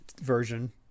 version